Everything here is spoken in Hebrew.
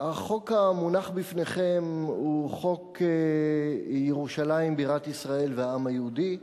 החוק המונח בפניכם הוא חוק ירושלים בירת ישראל והעם היהודי.